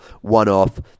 one-off